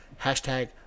Hashtag